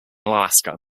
alaska